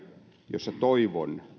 jossa toivon